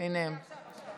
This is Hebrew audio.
הינה הם.